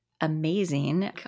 amazing